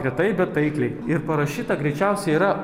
retai bet taikliai ir parašyta greičiausiai yra